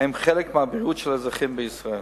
הם חלק מהבריאות של האזרחים בישראל.